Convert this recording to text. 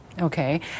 Okay